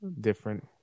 different